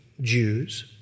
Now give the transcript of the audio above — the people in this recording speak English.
Jews